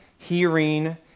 Hearing